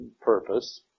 purpose